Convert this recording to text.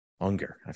Unger